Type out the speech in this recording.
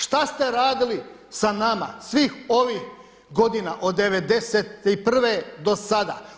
Šta ste radili sa nama svih ovih godina od '91. do sada?